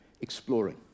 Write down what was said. exploring